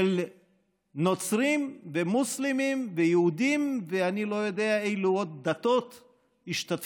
של נוצרים ומוסלמים ויהודים ואני לא יודע אילו עוד דתות השתתפו,